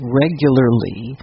regularly